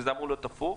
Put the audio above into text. וזה אמור להיות הפוך.